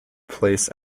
place